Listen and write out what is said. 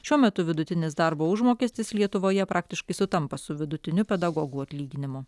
šiuo metu vidutinis darbo užmokestis lietuvoje praktiškai sutampa su vidutiniu pedagogų atlyginimų